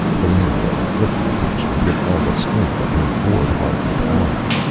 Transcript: valeria inflicted the punishment with all the strength of her war-hardened arm,